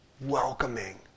welcoming